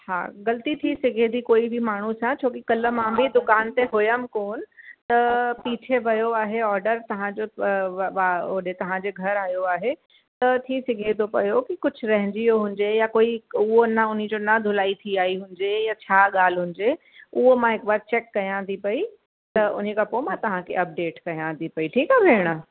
हा ग़लती थी सघे थी कोई बि माण्हू सां छोकी कल्ह मां बि दुकान ते हुयमि कोन त पीछे वियो आहे ऑडर तव्हां जो ओॾे तव्हां जे घरु आयो आहे त थी सघे थो पयो की कुझु रहिजी वियो हुजे या कोई उहो न उन जो ना धुलाई थी आई हुजे या छा ॻाल्हि हुजे उहो मां हिकु बार चैक कयां थी पई त उनखां पोइ मां तव्हांखे अपडेट कयां थी पई ठीकु आहे भेण